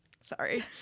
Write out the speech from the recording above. Sorry